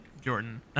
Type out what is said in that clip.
Jordan